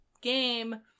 game